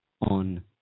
on